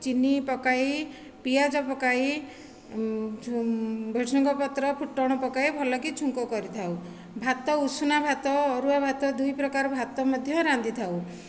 ଚିନି ପକାଇ ପିଆଜ ପକାଇ ଭେର୍ସୁଙ୍ଗା ପତ୍ର ଫୁଟଣ ପକାଇ ଭଲ କି ଛୁଙ୍କ କରିଥାଉ ଭାତ ଉଷୁନା ଭାତ ଅରୁଆ ଭାତ ଦୁଇ ପ୍ରକାର ଭାତ ମଧ୍ୟ ରାନ୍ଧିଥାଉ